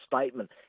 statement